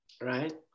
Right